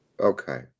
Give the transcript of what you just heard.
okay